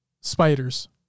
spiders